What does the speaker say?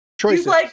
choices